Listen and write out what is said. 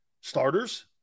starters